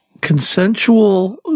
Consensual